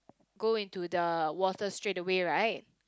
go into the water straight away right